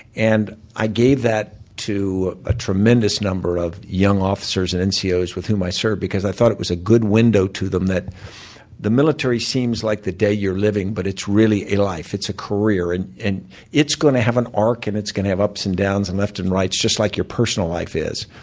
and i gave that to a tremendous number of young officers and and so ncos with whom i served, because i thought it was a good window to them that the military seems like the day you're living, but it's really a life. it's a career. it's going to have an arc, and it's going to have ups and downs and lefts and rights, just like your personal life is.